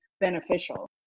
beneficial